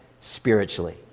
spiritually